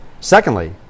Secondly